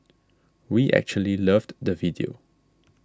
we actually loved the video